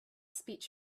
speech